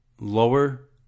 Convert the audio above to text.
lower